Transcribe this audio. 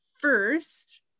First